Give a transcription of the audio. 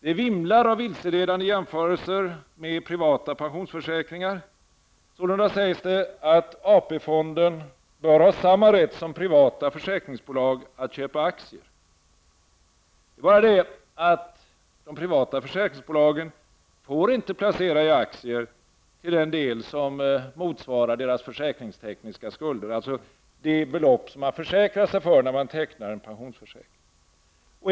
Det vimlar av vilseledande jämförelser med privata pensionsförsäkringar. Sålunda sägs det att AP fonden bör ha samma rätt som privata försäkringsbolag att köpa aktier. Det är bara det att privata försäkringsbolagen inte får placera i aktier till den del som motsvarar deras försäkringstekniska skulder, dvs. det belopp man försäkrar sig för när man tecknar en pensionsförsäkring.